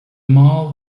mall